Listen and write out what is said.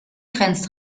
grenzt